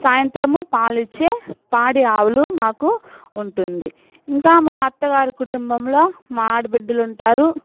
సాయంత్రము పాలిచ్చే పాడి ఆవులు మాకు ఉంటుంది ఇంకా మా అత్తగారి కుటుంభంలో మా ఆడబిడ్డలుంటారు